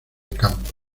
campo